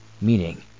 meaning